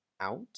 out